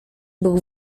był